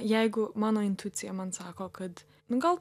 jeigu mano intuicija man sako kad nu gal